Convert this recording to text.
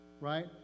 right